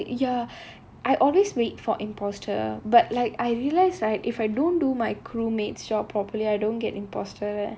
ya the more ya I always wait for imposter but like I realise right if I don't do my crew mates job properly I don't get imposter